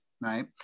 right